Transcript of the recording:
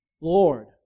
Lord